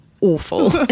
awful